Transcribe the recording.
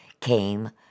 came